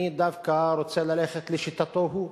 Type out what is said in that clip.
אני דווקא רוצה ללכת לשיטתו הוא,